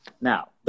Now